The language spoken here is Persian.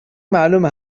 معلومه